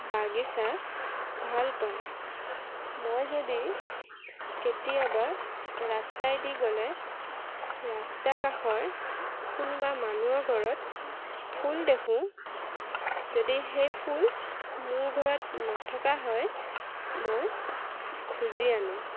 বাগিচা ভাল পাওঁ মই যদি কেতিয়াবা ৰাস্তায়েদি গ'লে ৰাস্তা কাষৰ কোনোবা মানুহৰ ঘৰত ফুল দেখোঁ যদি সেই ফুল মোৰ ঘৰত নথকা হয় মই খুজি আনো